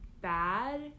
bad